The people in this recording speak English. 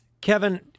Kevin